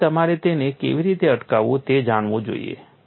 તેથી તમારે તેને કેવી રીતે અટકાવવું તે જાણવું જોઈએ